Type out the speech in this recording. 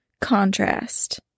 contrast